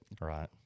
Right